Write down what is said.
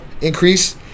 increase